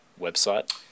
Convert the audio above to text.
website